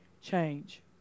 change